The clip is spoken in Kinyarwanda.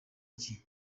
iki